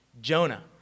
Jonah